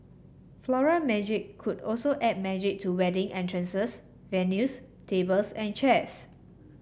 Floral Magic could also add magic to wedding entrances venues tables and chairs